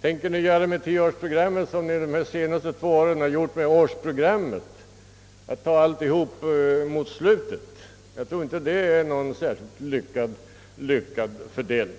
Tänker ni med tioårsprogrammet göra likadant som ni gjorde under de senaste två åren med årsprogrammet, d. v. s. ta allting mot slutet? Jag tror inte att detta vore någon särskilt lyckad fördelning.